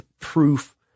proof